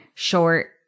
Short